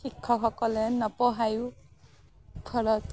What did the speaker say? শিক্ষকসকলে নপঢ়ায়ো ফলত